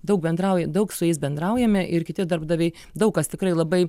daug bendrauja daug su jais bendraujame ir kiti darbdaviai daug kas tikrai labai